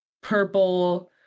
purple